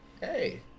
Hey